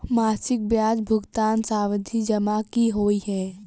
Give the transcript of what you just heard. मासिक ब्याज भुगतान सावधि जमा की होइ है?